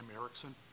Erickson